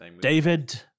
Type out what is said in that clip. David